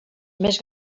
més